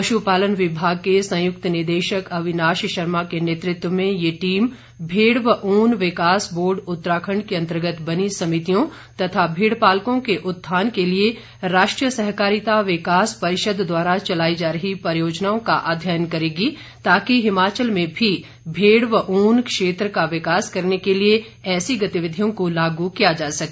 पश्पालन विभाग के संयुक्त निदेशक अविनाश शर्मा के नेतृत्व में ये टीम भेड़ व ऊन विकास बोर्ड उत्तराखंड के अंतर्गत बनी समितियों तथा भेड़ पालकों के उत्थान के लिए राष्ट्रीय सहकारिता विकास परिषद द्वारा चलाई जा रही परियोजना का अध्ययन करेगी ताकि हिमाचल में भी भेड़ व ऊन क्षेत्र का विकास करने के लिए ऐसी गतिविधियों को लागू किया जा सके